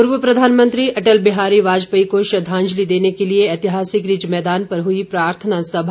पूर्व प्रधानमंत्री अटल बिहारी वाजपेयी को श्रद्वांजलि देने के लिए ऐतिहासिक रिज मैदान पर हई प्रार्थना सभा